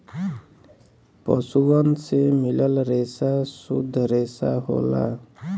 पसुअन से मिलल रेसा सुद्ध रेसा होला